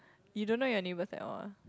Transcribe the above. you don't know your neighbours at all ah